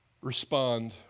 respond